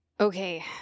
okay